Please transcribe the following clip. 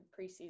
preseason